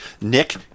Nick